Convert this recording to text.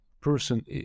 person